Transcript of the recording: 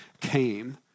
came